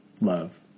love